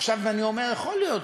עכשיו אני אומר: יכול להיות,